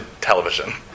television